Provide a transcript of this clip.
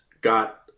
got